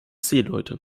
seeleute